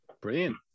Brilliant